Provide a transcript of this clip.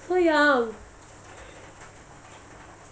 so ya